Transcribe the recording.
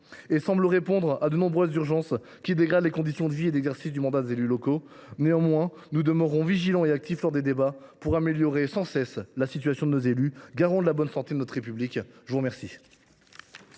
et semble répondre à de nombreuses urgences dégradant les conditions de vie et d’exercice du mandat des élus locaux. Néanmoins, nous demeurerons vigilants et actifs au cours des débats pour améliorer sans cesse la situation de nos élus, garants de la bonne santé de notre République. La parole